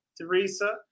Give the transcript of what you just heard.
Teresa